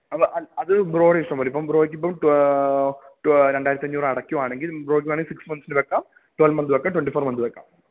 അത് ബ്രോയുടെ ഇഷ്ടം പോലെ ഇപ്പം ബ്രോയിക്ക് ഇപ്പം രണ്ടായിരത്തിയഞ്ഞൂറ് അടയ്ക്കുകയാണെങ്കിൽ ബ്രോയിക്ക് വേണമെങ്കില് സിക്സ് മന്ത്സിൻ്റെ വെയ്ക്കാം ട്വല്വ് മന്ത് വെയ്ക്കാം ട്വൻടി ഫോർ മന്ത് വെയ്ക്കാം